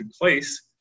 place